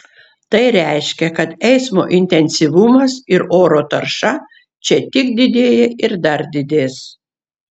tai reiškia kad eismo intensyvumas ir oro tarša čia tik didėja ir dar didės